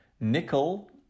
nickel